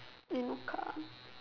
eh no car